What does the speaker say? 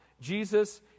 Jesus